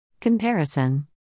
Comparison